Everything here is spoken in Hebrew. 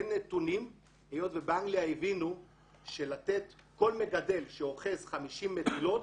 אין נתונים היות ובאנגליה הבינו שכל מגדל שאוחז חמישים מטילות,